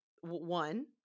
one